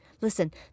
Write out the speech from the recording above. Listen